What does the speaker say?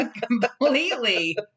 completely